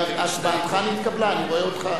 הצבעתך נתקבלה, אני רואה אותך.